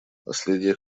наследие